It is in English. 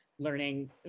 learning